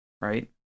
right